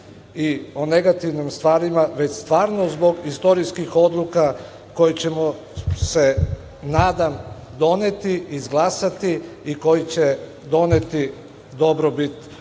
i o negativnim stvarima, već stvarno zbog istorijskih odluka koje ćemo se nadam doneti, izglasati i koje će doneti dobrobit